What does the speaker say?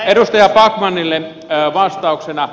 edustaja backmanille vastauksena